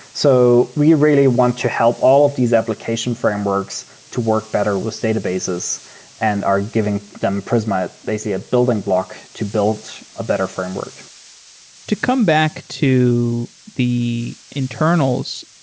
so we really want to help all of these application frameworks to work better with databases and are giving them prisma, basically, a building block to build a better framework to come back to the internals,